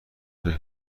فکر